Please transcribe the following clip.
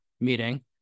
meeting